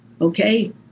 okay